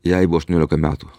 jai buvo aštuoniolika metų